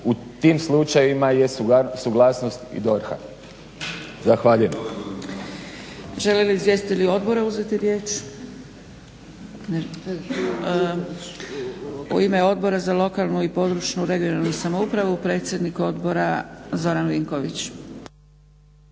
U tim slučajevima je suglasnost i DORH-a. Zahvaljujem.